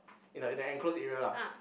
in the in the enclosed area lah